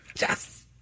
Yes